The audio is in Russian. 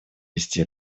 вести